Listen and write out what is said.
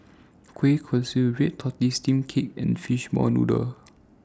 Kueh Kosui Red Tortoise Steamed Cake and Fish Ball Noodles